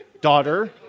daughter